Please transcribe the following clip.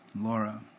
Laura